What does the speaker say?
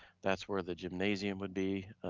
that's where the gymnasium would be,